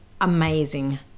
amazing